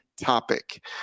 Topic